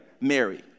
Mary